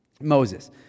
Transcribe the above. Moses